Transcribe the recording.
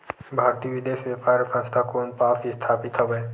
भारतीय विदेश व्यापार संस्था कोन पास स्थापित हवएं?